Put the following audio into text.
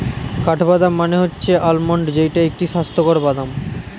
কাঠবাদাম মানে হচ্ছে আলমন্ড যেইটা একটি স্বাস্থ্যকর বাদাম